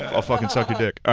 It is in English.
ah i'll fucking suck your dick.